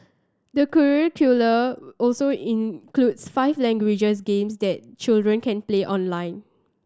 the curricula also includes five languages games that children can play online